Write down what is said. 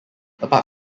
apart